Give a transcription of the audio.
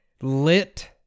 lit